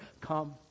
Come